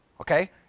Okay